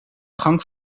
gang